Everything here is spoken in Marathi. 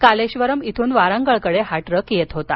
कालेश्वरम इथून वारंगळकडे हा ट्रक येत होता